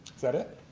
that's it?